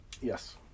Yes